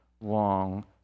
long